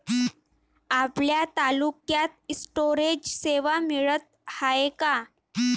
आपल्या तालुक्यात स्टोरेज सेवा मिळत हाये का?